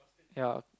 ya